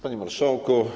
Panie Marszałku!